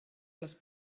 les